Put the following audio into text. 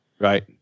Right